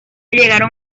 llegaron